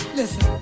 listen